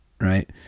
right